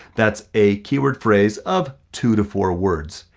that's a keyword phrase of two to four words.